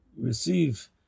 receive